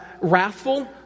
wrathful